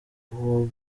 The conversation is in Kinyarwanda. uwo